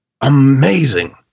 amazing